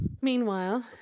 Meanwhile